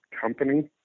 company